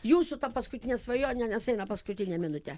jūsų ta paskutinė svajonė nes eina paskutinė minutė